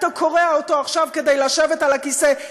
אתה קורע אותו עכשיו כדי לשבת על הכיסא,